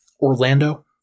Orlando